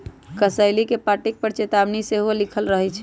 कसेली के पाकिट पर चेतावनी सेहो लिखल रहइ छै